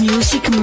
Music